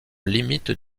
limite